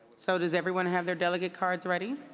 so news everyone have their delegate cards ready?